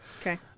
Okay